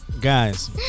Guys